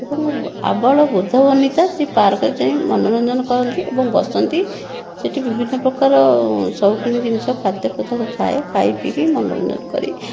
ଏବଂ ଆବଳ ବୃଦ୍ଧ ବନିତା ସେଇ ପାର୍କରେ ଯାଇ ମନୋରଞ୍ଜନ କରନ୍ତି ଏବଂ ବସନ୍ତି ସେଠି ବିଭିନ୍ନ ପ୍ରକାର ସୋଉକ ଜିନିଷ ଖାଦ୍ୟ ପଦାର୍ଥ ଥାଏ ଖାଇ ପିଇକି ମନୋରଞ୍ଜନ କରି